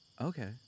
okay